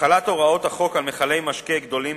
החלת הוראות החוק על מכלי משקה גדולים